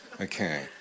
Okay